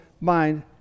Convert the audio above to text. mind